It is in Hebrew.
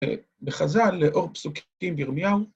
ובחז"ל לאור פסוקים בירמיהו.